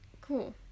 Cool